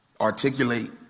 articulate